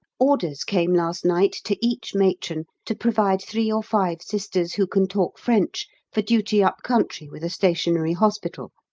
orders came last night to each matron to provide three or five sisters who can talk french for duty up country with a stationary hospital,